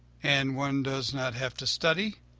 and one does not have to study?